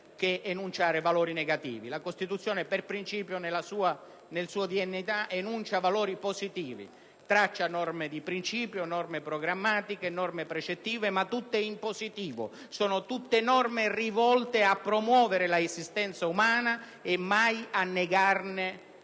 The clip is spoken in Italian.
che enuncia valori negativi. La Costituzione, per principio, nel suo DNA enuncia valori positivi, traccia norme di principio, norme programmatiche e precettive, ma tutte in positivo e tutte rivolte a promuovere l'esistenza umana e mai a negarla.